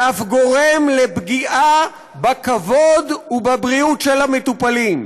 ואף גורם לפגיעה בכבוד ובבריאות של המטופלים.